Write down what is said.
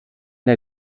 der